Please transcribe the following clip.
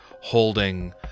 holding